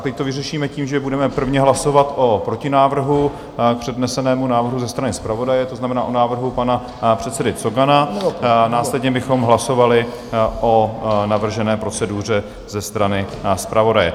Teď to vyřešíme tím, že budeme prvně hlasovat o protinávrhu k přednesenému návrhu ze strany zpravodaje, to znamená o návrhu pana předsedy Cogana, následně bychom hlasovali o navržené proceduře ze strany zpravodaje.